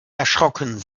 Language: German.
erschrocken